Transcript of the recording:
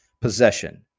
possession